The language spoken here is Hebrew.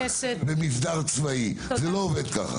כמו במסדר צבאי, זה לא עובד כך.